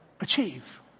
achieve